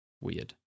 weird